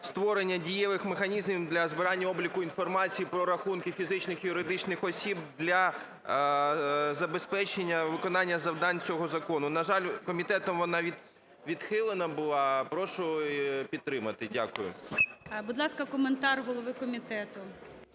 створення дієвих механізмів для збирання обліку інформації про рахунки фізичних і юридичних осіб для забезпечення виконання завдань цього закону. На жаль, комітетом вона відхилена була. Прошу підтримати. Дякую. ГОЛОВУЮЧИЙ. Будь ласка, коментар голови комітету.